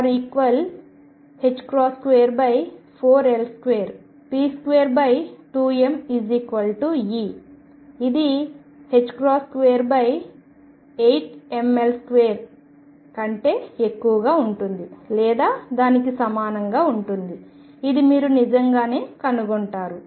p22m E ఇది 28mL2 కంటే ఎక్కువగా ఉంటుంది లేదా దానికి సమానంగా ఉంటుంది ఇది మీరు నిజంగానే కనుగొంటారు